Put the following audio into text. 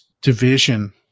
division